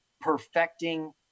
perfecting